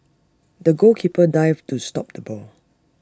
the goalkeeper dived to stop the ball